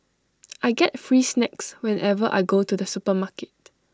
I get free snacks whenever I go to the supermarket